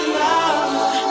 love